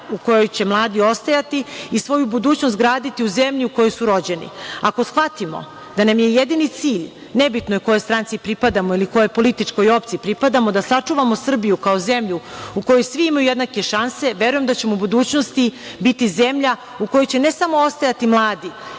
u kojoj će mladi ostajati i svoju budućnost graditi u zemlji u kojoj su rođeni. Ako shvatimo da nam je jedini cilj, nebitno je kojoj stranci pripadamo ili kojoj političkoj opciji pripadamo, da sačuvamo Srbiju kao zemlju u kojoj svi imaju jednake šanse, verujem da ćemo u budućnosti biti zemlja u kojoj će ne samo ostajati mladi